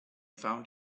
found